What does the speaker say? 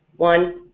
one,